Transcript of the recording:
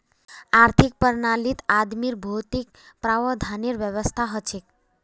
आर्थिक प्रणालीत आदमीर भौतिक प्रावधानेर व्यवस्था हछेक